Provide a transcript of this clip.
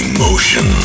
Emotion